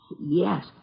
Yes